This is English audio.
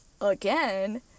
again